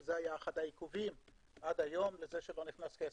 כי זה היה אחד העיכובים עד היום לזה שלא נכנס כסף.